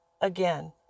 Again